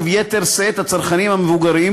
וביתר שאת הצרכנים המבוגרים,